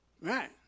right